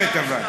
צודק.